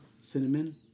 cinnamon